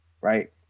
right